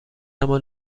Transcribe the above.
اما